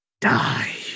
die